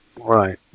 Right